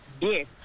Yes